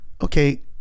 okay